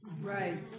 Right